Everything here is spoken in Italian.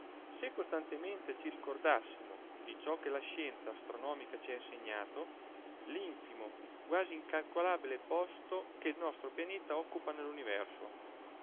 se costantemente ci ricordassimo di ciò che la scienza astronomica ci ha insegnato l'infimo quasi incalcolabile posto che il nostro pianeta occupa